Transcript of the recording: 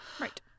Right